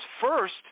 first